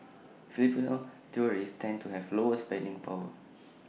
Filipino tourists tend to have lower spending power